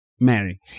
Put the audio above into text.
Mary